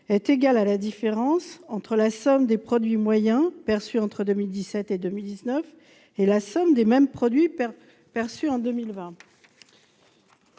est égale à la différence entre la somme des produits moyens perçus entre 2017 et 2019 et la somme des mêmes produits perçus en 2020.